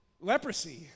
leprosy